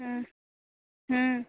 हुँ हुँ